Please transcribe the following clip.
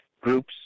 groups